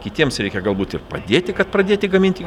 kitiems reikia galbūt ir padėti kad pradėti gaminti